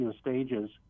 stages